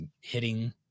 hitting